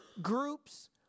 Groups